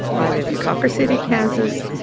i live in cawker city, kansas,